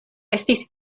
estis